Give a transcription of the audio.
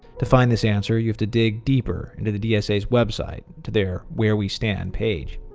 to find this answer you have to dig deeper into the dsa's website to their where we stand page.